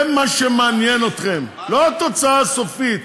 זה מה שמעניין אתכם, לא התוצאה הסופית.